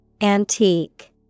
Antique